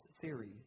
theory